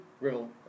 Riddle